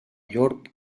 york